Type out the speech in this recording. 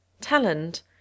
Talent